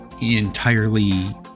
entirely